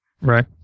Right